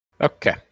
okay